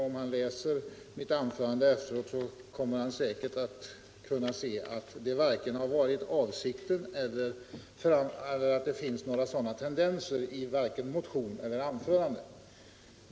Om han läser mitt anförande efteråt, kommer han säkert att kunna se att det inte varit avsikten och att det inte finns några sådana tendenser vare sig i motionen eller i anförandet.